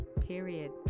period